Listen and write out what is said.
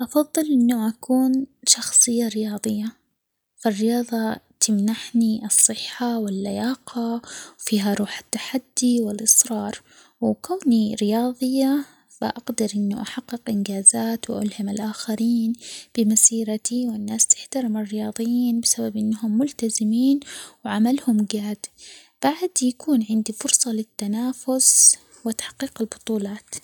أفضل إنه أكون شخصية رياضية، فالرياظة تمنحني الصحة ،واللياقة، وفيها روح التحدي ،والإصرار ،وكوني رياظية فأقدر إنه أحقق إنجازات ،وألهم الآخرين بمسيرتي، والناس تحترم الرياضيين بسبب إنهم ملتزمين ، وعملهم جاد ،بعد يكون عندي فرصة للتنافس ،وتحقيق البطولات.